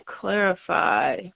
clarify